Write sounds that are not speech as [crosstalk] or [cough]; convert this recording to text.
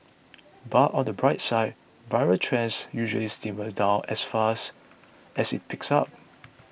[noise] but on the bright side viral trends usually simmer down as fast as it peaks up